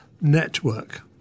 network